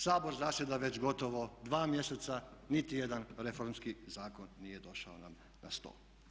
Sabor zasjeda već gotovo 2 mjeseca, niti jedan reformski zakon nije došao na stol.